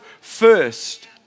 first